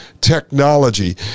technology